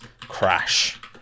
crash